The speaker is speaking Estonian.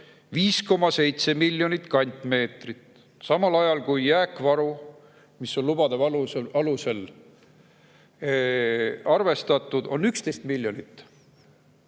5,7 miljonit kantmeetrit, samal ajal kui jääkvaru, mis on lubade alusel arvestatud, on 11 miljonit